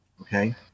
Okay